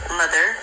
mother